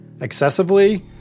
excessively